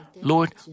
Lord